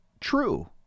true